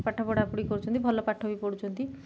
ପାଠ ପଢ଼ାପଢ଼ି କରୁଛନ୍ତି ଭଲ ପାଠ ବି ପଢ଼ୁଛନ୍ତି